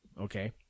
Okay